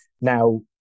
Now